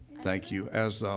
thank you. as,